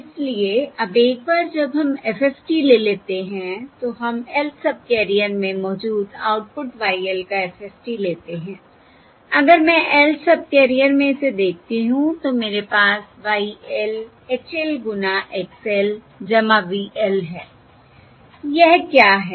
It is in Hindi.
इसलिए अब एक बार जब हम FFT ले लेते हैं तो हम lth सबकेरियर में मौजूद आउटपुट Y l का FFT लेते हैं अगर मैं lth सबकेरियर में इसे देखती हूं तो मेरे पास Y l H l गुना X l V l है यह क्या है